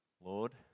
Lord